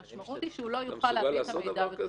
המשמעות היא שהוא לא יוכל להביא את המידע בחשבון.